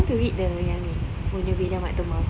I want to read the yang ni bonda bedah mak temah